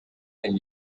and